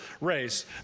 race